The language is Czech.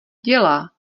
dělá